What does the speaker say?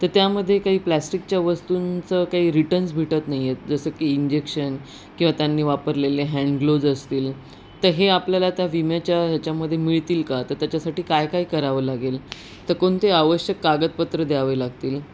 तर त्यामध्ये काही प्लॅस्टिकच्या वस्तूंचं काही रिटर्न्स भेटत नाही आहेत जसं की इंजेक्शन किंवा त्यांनी वापरलेले हँन्डग्लोव्ज असतील तर हे आपल्याला त्या विम्याच्या ह्याच्यामध्ये मिळतील का तर त्याच्यासाठी काय काय करावं लागेल तर कोणते आवश्यक कागदपत्र द्यावे लागतील